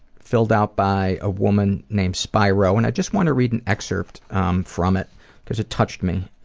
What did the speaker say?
filled out by a woman named spiro, and i just want to read an excerpt from it because it touched me.